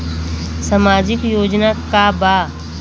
सामाजिक योजना का बा?